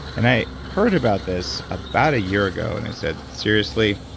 and i heard about this about a year ago and i said, seriously,